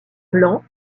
blanc